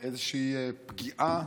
לאיזושהי פגיעה